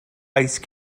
ice